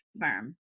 firm